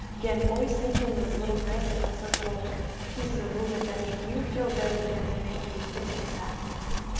again, always think in those little grace notes. those little pieces of movement that make you feel good, and that are going to make you stick with your practice.